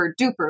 duper